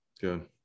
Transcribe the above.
good